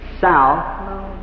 South